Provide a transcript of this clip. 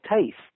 taste